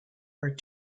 are